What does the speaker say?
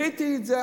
ראיתי את זה,